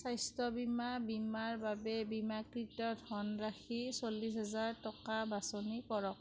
স্বাস্থ্য বীমা বীমাৰ বাবে বীমাকৃত ধনৰাশি চল্লিছ হাজাৰ টকা বাছনি কৰক